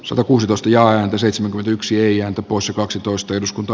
satakuusitoista ja seitsemän yksi ja osa kaksitoista eduskunta